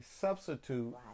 substitute